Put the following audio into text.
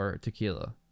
tequila